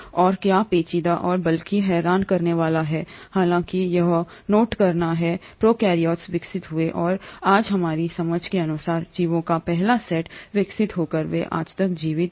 और क्या पेचीदा और बल्कि हैरान करने वाला है हालांकि यह नोट करना है प्रोकैरियोट्स विकसित हुए और आज हमारी समझ के अनुसार जीवों का पहला सेट था विकसित होकर वे आज तक जीवित रहे हैं